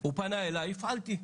הוא פנה אלי, הפעלתי,